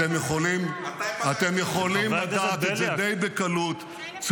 אתם יכולים --- מתי פגשת את הציבור?